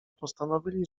postanowili